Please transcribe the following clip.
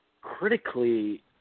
critically